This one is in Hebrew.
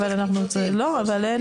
לא צריך כיבודים,